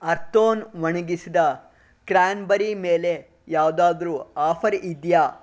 ಅರ್ತೋನ್ ಒಣಗಿಸಿದ ಕ್ರ್ಯಾನ್ಬರಿ ಮೇಲೆ ಯಾವುದಾದ್ರು ಆಫರ್ ಇದೆಯಾ